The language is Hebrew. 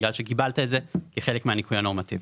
בגלל שקיבלת את זה כחלק מהניכוי הנורמטיבי.